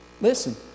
Listen